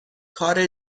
کار